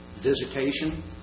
visitation